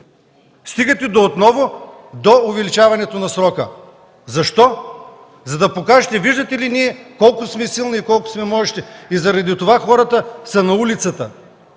стигате отново до увеличаването на срока! Защо? За да покажете, виждате ли, колко сме силни и колко сме можещи. Заради това хората са на улицата